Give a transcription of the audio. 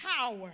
power